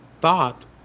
thought